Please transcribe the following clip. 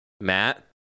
Matt